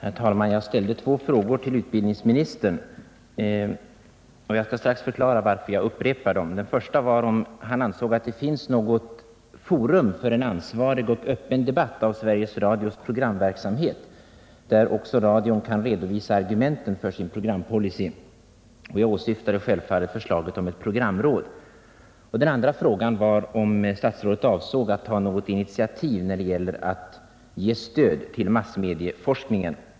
Herr talman! Jag ställde två frågor till utbildningsministern — jag skall strax förklara varför jag upprepar dem. Den första gällde om utbildningsministern anser att det nu finns något forum för en ansvarig och öppen debatt om Sveriges Radios programverksamhet, där också radion kan redovisa argumenten för sin programpolicy. Jag åsyftade självfallet förslaget om ett programråd. Den andra frågan gällde om statsrådet avser att ta något initiativ när det gäller att ge stöd åt massmediaforskningen.